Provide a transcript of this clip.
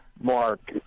Mark